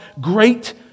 great